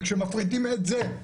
כשמפריטים את זה,